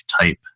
type